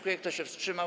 Kto się wstrzymał?